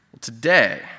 Today